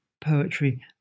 poetry